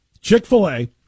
Chick-fil-A